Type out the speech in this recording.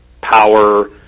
power